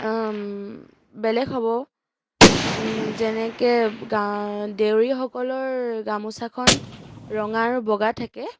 বেলেগ হ'ব যেনেকৈ গা দেউৰীসকলৰ গামোচাখন ৰঙা আৰু বগা থাকে